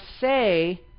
say